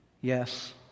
Yes